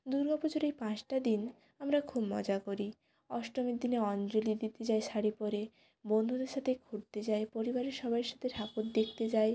দুর্গা পুজোর এই পাঁচটা দিন আমরা খুব মজা করি অষ্টমীর দিনে অঞ্জলি দিতে যাই শাড়ি পরে বন্ধুদের সাথে ঘুরতে যাই পরিবারের সবাইয়ের সাথে ঠাকুর দেখতে যাই